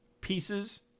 pieces